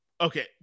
Okay